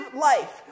life